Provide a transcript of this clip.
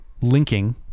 linking